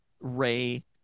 Ray